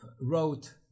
wrote